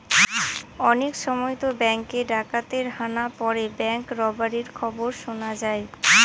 অনেক সময়তো ব্যাঙ্কে ডাকাতের হানা পড়ে ব্যাঙ্ক রবারির খবর শোনা যায়